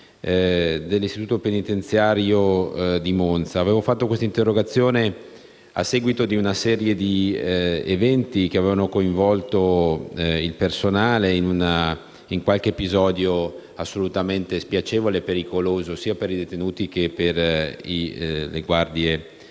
dell'istituto penitenziario di Monza. Avevo presentato tale interrogazione dopo una serie di eventi che avevano coinvolto il personale in qualche episodio assolutamente spiacevole e pericoloso, sia per i detenuti che per le guardie